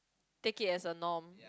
take it as a norm